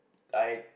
I